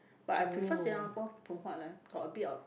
but I prefer Singapore Phoon Huat leh got a bit of